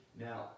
now